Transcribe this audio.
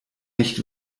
nicht